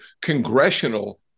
congressional